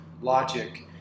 logic